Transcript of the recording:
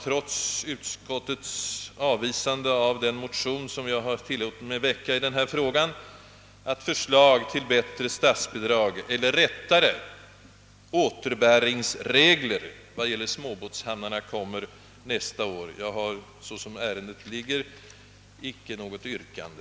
Trots utskottets avvisande av den motion som jag har väckt i denna fråga hoppas jag att förslag om bättre återbäringsregler beträffande småbåtshamnarna framläggs nästa år. Jag har — som detta ärende ligger till rent formellt — inte något yrkande.